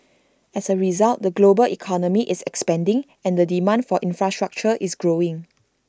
as A result the global economy is expanding and the demand for infrastructure is growing